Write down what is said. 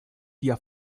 tia